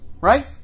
Right